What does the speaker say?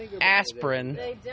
aspirin